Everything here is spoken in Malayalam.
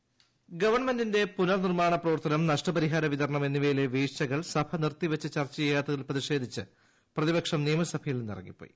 അസംബ്നി ഗവൺമെന്റിന്റെ പ്രളയ പുനർനിർമ്മാണ് പ്രവർത്തനം നഷ്ടപരിഹാര വിതരണം എന്നിവയിലെ വീഴ്ചകൾ സഭ നിർത്തി വച്ച് ചർച്ച ചെയ്യാത്ത തിൽ പ്രതിഷേധിച്ച് പ്രതിപക്ഷ്ടം നിയമസഭയിൽ നിന്ന് ഇറങ്ങിപ്പോയി